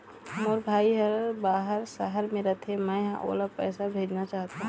मोर भाई हर बाहर शहर में रथे, मै ह ओला पैसा भेजना चाहथों